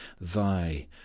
thy